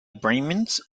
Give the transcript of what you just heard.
brahmins